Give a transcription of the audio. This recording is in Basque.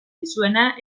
diezuna